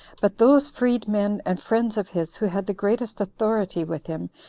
but those freed-men and friends of his, who had the greatest authority with him,